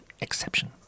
exception